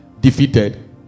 defeated